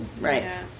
Right